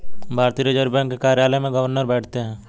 भारतीय reserve bank के कार्यालय में गवर्नर बैठते हैं